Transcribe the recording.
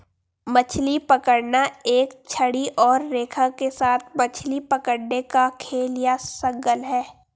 मछली पकड़ना एक छड़ी और रेखा के साथ मछली पकड़ने का खेल या शगल है